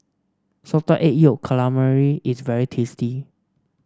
Salted Egg Yolk Calamari is very tasty